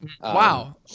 Wow